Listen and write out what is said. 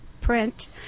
print